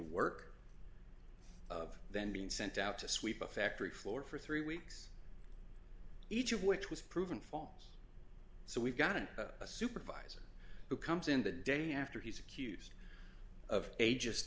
work of them being sent out to sweep a factory floor for three weeks each of which was proven false so we've got a supervisor who comes in the day after he's accused of a